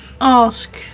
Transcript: ask